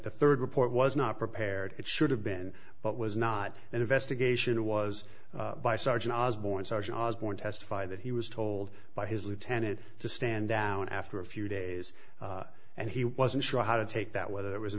the third report was not prepared it should have been but was not an investigation was by sergeant osborn sergeant osborn testify that he was told by his lieutenant to stand down after a few days and he wasn't sure how to take that whether there was an